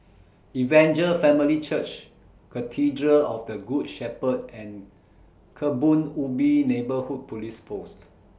Evangel Family Church Cathedral of The Good Shepherd and Kebun Ubi Neighbourhood Police Post